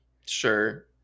sure